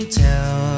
tell